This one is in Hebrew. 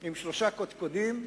עם שלושה קודקודים: